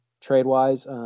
trade-wise